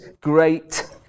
Great